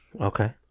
Okay